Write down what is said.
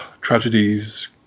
tragedies